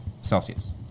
Celsius